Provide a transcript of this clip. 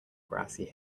grassy